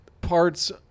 parts